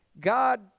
God